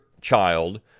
child